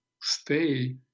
stay